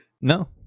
No